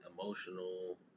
emotional